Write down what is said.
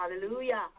hallelujah